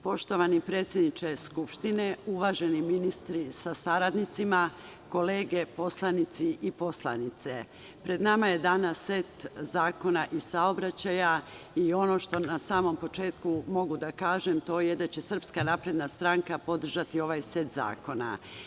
Poštovani predsedniče Skupštine, uvaženi ministri sa saradnicima, kolege poslanici i poslanice, pred nama je danas set zakona iz saobraćaja i ono što na samom početku mogu da kažem, to je da će SNS podržati ovaj set zakona.